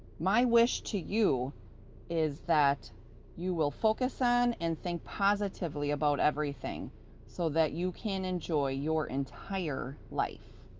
my wish to you is that you will focus on, and think positively about everything so that you can enjoy your entire life.